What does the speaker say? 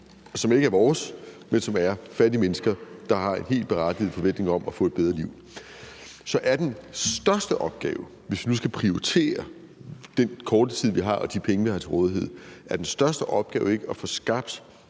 er ikke os, men fattige mennesker, der har en helt berettiget forventning om at få et bedre liv. Så er den største opgave, hvis vi nu skal prioritere den korte tid, vi har, og de penge, vi har til rådighed, ikke at få skabt